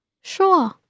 Sure